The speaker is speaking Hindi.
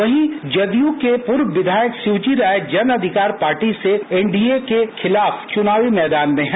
वही जदयू के पूर्व विधायक शिवजी राय जन अधिकार पार्टी से एनडीए के खिलाफ चुनावी मैदान में हैं